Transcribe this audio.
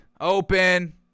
Open